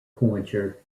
pointer